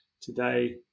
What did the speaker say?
Today